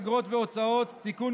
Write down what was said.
אגרות והוצאות (תיקון,